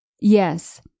Yes